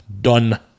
Done